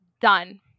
done